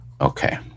Okay